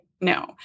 no